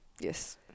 Yes